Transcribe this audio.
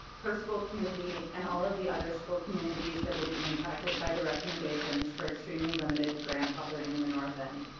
her school community and all of the other school communities that will be impacted by the recommendations for extremely limited grandfathering in the north end.